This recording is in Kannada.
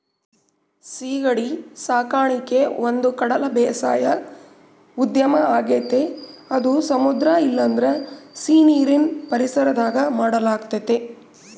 ಸೀಗಡಿ ಸಾಕಣಿಕೆ ಒಂದುಕಡಲ ಬೇಸಾಯ ಉದ್ಯಮ ಆಗೆತೆ ಅದು ಸಮುದ್ರ ಇಲ್ಲಂದ್ರ ಸೀನೀರಿನ್ ಪರಿಸರದಾಗ ಮಾಡಲಾಗ್ತತೆ